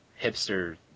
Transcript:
hipster